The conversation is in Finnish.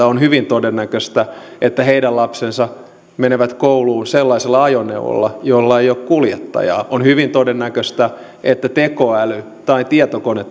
on hyvin todennäköistä että heidän lapsensa menevät kouluun sellaisella ajoneuvolla jolla ei ole kuljettajaa on hyvin todennäköistä että tekoäly tai tietokone